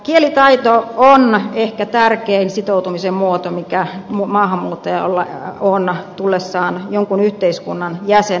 kielitaito on ehkä tärkein sitoutumisen muoto mikä maahanmuuttajalla on tullessaan jonkun yhteiskunnan jäseneksi